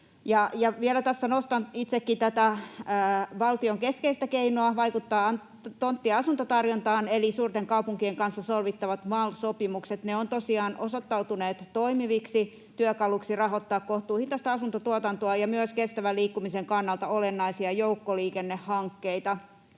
Vielä tässä nostan itsekin valtion keskeistä keinoa vaikuttaa tontti- ja asuntotarjontaan: eli suurten kaupunkien kanssa solmittavat MAL-sopimukset. Ne ovat tosiaan osoittautuneet toimivaksi työkaluksi rahoittaa kohtuuhintaista asuntotuotantoa ja myös kestävän liikkumisen kannalta olennaisia joukkoliikennehankkeita.